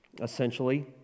essentially